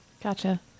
Gotcha